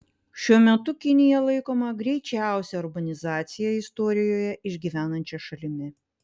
šiuo metu kinija laikoma greičiausią urbanizaciją istorijoje išgyvenančia šalimi